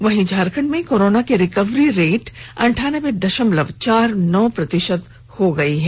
वहीं झारखंड में कोरोना की रिकवरी रेट अनठानबे दशमलव चार नौ प्रतिशत हैं